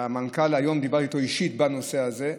היום דיברתי אישית עם המנכ"ל בנושא הזה.